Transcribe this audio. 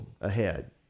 ahead